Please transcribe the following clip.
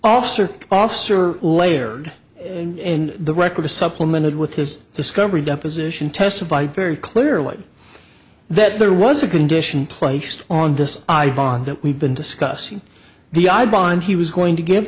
officer officer layered in the record a supplemented with his discovery deposition testified very clearly that there was a condition placed on this i bond that we've been discussing the i bond he was going to g